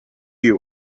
you